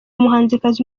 umuhanzikazi